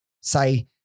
say